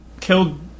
killed